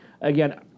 Again